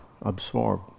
absorb